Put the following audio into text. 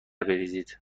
بریزید